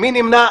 מי נמנע?